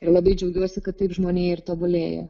ir labai džiaugiuosi kad taip žmonija ir tobulėja